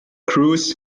cruz